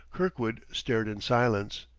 kirkwood stared in silence.